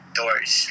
doors